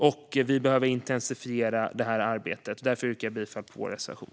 Och vi behöver intensifiera det arbetet. Därför yrkar jag bifall till vår reservation.